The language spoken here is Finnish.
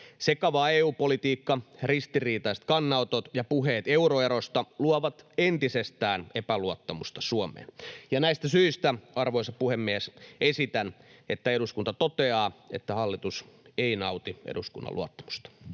Sekava EU-politiikka, ristiriitaiset kannanotot ja puheet euroerosta luovat entisestään epäluottamusta Suomeen. Arvoisa puhemies! Näistä syistä esitän, että eduskunta toteaa, että hallitus ei nauti eduskunnan luottamusta.